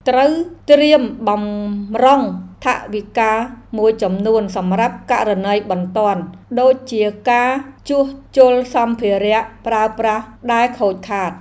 ត្រូវត្រៀមបម្រុងថវិកាមួយចំនួនសម្រាប់ករណីបន្ទាន់ដូចជាការជួសជុលសម្ភារៈប្រើប្រាស់ដែលខូចខាត។